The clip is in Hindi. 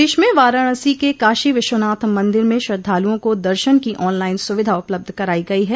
प्रदेश में वाराणसी के काशी विश्वनाथ मंदिर में श्रद्वाल्ओं को दर्शन की ऑनलाइन सुविधा उपलब्ध कराइ गई है